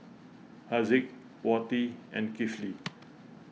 Haziq Wati and Kifli